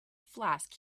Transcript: flask